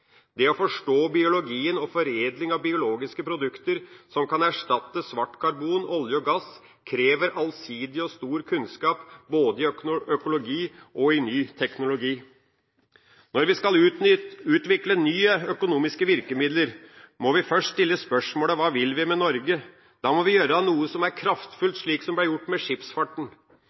Det å forstå biologien og foredling av biologiske produkter som kan erstatte svart karbon, olje og gass, krever allsidig og stor kunnskap, både i økologi og i ny teknologi. Når vi skal utvikle nye økonomiske virkemidler, må vi først stille spørsmålet: Hva vil vi med Norge? Så må vi gjøre noe som er kraftfullt, slik som det ble gjort med skipsfarten.